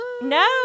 No